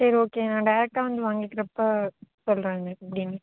சரி ஓகேங்க நான் டேரெக்ட்டாக வந்து வாங்கிறப்போ சொல்லுறங்க எப்படின்னு